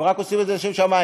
הם רק עושים את זה לשם שמים,